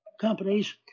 companies